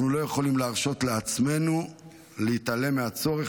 אנחנו לא יכולים להרשות לעצמנו להתעלם מהצורך